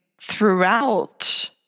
throughout